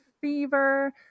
fever